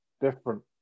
different